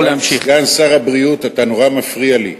סגן שר הבריאות, אתה נורא מפריע לי.